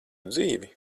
dzīvi